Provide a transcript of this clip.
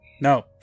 No